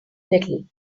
little